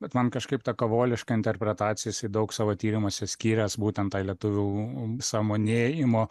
bet man kažkaip ta kavoliška interpretacija jisai daug savo tyrimuose skyręs būtent tai lietuvių sąmonėjimo